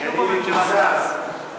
ולגזור גזירות קשות על הציבור.